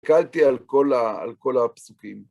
..כלתי על כל הפסוקים.